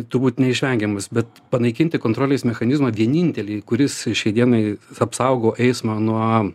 turbūt neišvengiamas bet panaikinti kontrolės mechanizmą vienintelį kuris šiai dienai apsaugo eismą nuo